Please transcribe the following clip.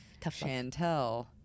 Chantel